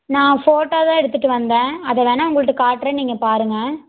நான் ஃபோட்டோ தான் எடுத்துகிட்டு வந்தேன் அதை வேணுணா உங்கள்கிட்ட காட்டுறேன் நீங்கள் பாருங்கள்